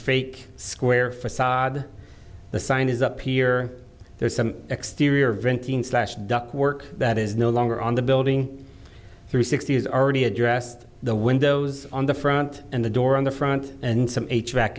fake square facade the sign is up here there's some exterior venting slash ductwork that is no longer on the building through sixty's already addressed the windows on the front and the door on the front and some